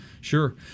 sure